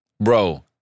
bro